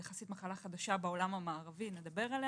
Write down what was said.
היא מחלה חדשה יחסית בעולם המערבי; אפידמיולוגיה,